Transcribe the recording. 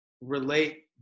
relate